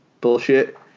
bullshit